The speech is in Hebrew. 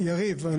יריב,